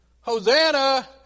Hosanna